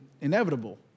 inevitable